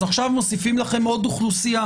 אז עכשיו מוסיפים לכם עוד אוכלוסייה.